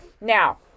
Now